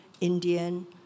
Indian